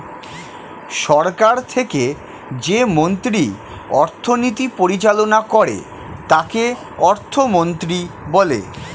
সরকার থেকে যে মন্ত্রী অর্থনীতি পরিচালনা করে তাকে অর্থমন্ত্রী বলে